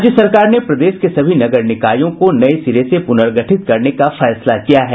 राज्य सरकार ने प्रदेश के सभी नगर निकायों को नये सिरे से प्रनर्गठित करने का फैसला किया है